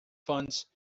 funds